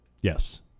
Yes